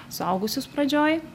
suaugusius pradžioj